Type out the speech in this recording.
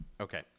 okay